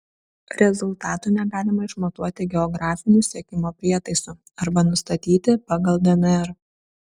rezultatų negalima išmatuoti geografiniu sekimo prietaisu arba nustatyti pagal dnr